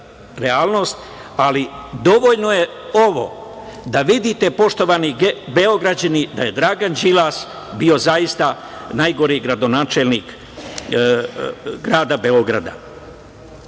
ali dovoljno je ovo da vidite poštovani Beograđani da je Dragan Đilas bio zaista najgori gradonačelnik Grada Beograda. Poštovani